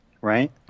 right